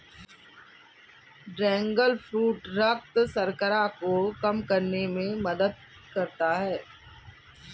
dragon fruit रक्त शर्करा को कम करने में मदद करता है